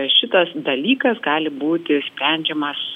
šitas dalykas gali būti sprendžiamas